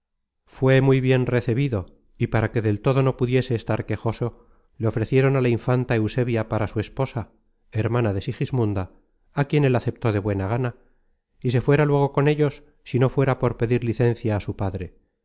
fué muy bien recebido y para que del todo no pudiese estar quejoso le ofrecieron á la infanta eusebia para su esposa hermana de sigismunda á quien él aceptó de buena gana y se fuera luego con ellos si no fuera por pedir licencia á su padre